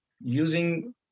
using